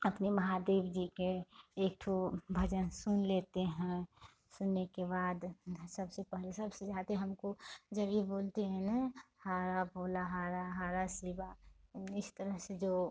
अपने महादेव जी के एक ठो भजन सुन लेते हैं सुनने के बाद सबसे पहले सबसे ज़्यादा हमको जब ये बोलते हैं न हरा बोला हरा हरा शिव इन इस तरह से जो